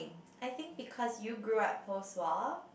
I think because you grew up post war